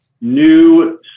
new